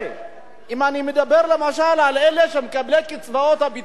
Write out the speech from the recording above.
אם אני מדבר למשל על אלה שהם מקבלי קצבאות הביטוח הלאומי,